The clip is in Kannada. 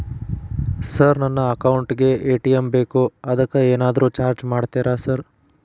ಸರ್ ನನ್ನ ಅಕೌಂಟ್ ಗೇ ಎ.ಟಿ.ಎಂ ಬೇಕು ಅದಕ್ಕ ಏನಾದ್ರು ಚಾರ್ಜ್ ಮಾಡ್ತೇರಾ ಸರ್?